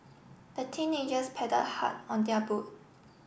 the teenagers pad hard on their boat